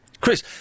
Chris